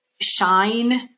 shine